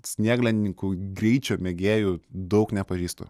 snieglentininkų greičio mėgėjų daug nepažįstu